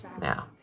now